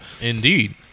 Indeed